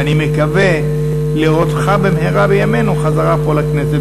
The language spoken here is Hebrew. ואני מקווה לראותך במהרה בימינו חזרה פה בכנסת,